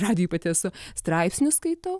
radijuj pati esu straipsnius skaitau